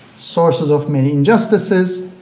sources of many injustices,